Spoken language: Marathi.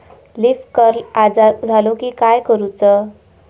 लीफ कर्ल आजार झालो की काय करूच?